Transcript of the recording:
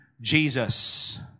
Jesus